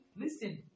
listen